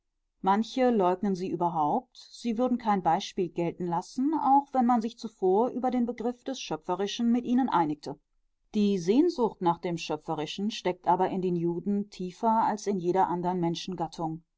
manche leugnen sie überhaupt sie würden kein beispiel gelten lassen auch wenn man sich zuvor über den begriff des schöpferischen mit ihnen einigte die sehnsucht nach dem schöpferischen steckt aber in den juden tiefer als in jeder andern